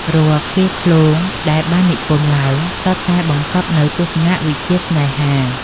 រាល់ឃ្លាឃ្លោងដែលបាននិពន្ធឡើង សុទ្ធតែបង្កប់នូវទស្សនវិជ្ជាស្នេហា